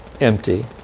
Empty